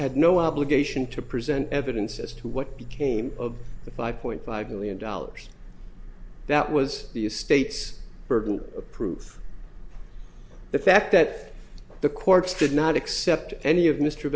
had no obligation to present evidence as to what became of the five point five million dollars that was the state's burden of proof the fact that the courts did not accept any of mr